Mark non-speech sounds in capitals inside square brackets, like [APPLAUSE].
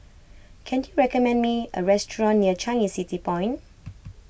can you recommend me a restaurant near Changi City Point [NOISE]